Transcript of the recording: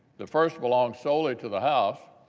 the first belongs solely to the house.